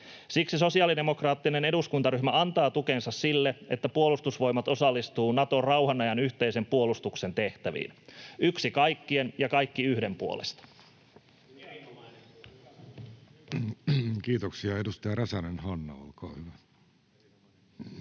Siksi sosiaalidemokraattinen eduskuntaryhmä antaa tukensa sille, että Puolustusvoimat osallistuu Naton rauhanajan yhteisen puolustuksen tehtäviin. Yksi kaikkien ja kaikki yhden puolesta. [Speech 72] Speaker: Jussi Halla-aho Party: